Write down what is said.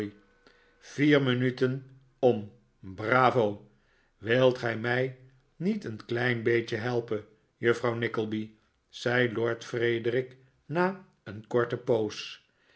vier minuten om bravo wilt gij mij niet een klein beetje helpen juffrouw nickleby zei lord frederik na een korte poos